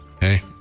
Hey